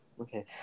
Okay